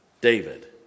David